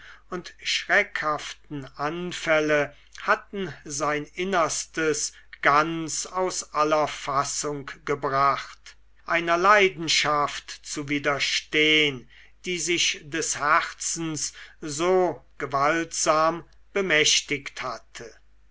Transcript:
und schreckhaften anfälle hatten sein innerstes ganz aus aller fassung gebracht einer leidenschaft zu widerstehn die sich des herzens so gewaltsam bemächtigt hatte